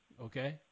Okay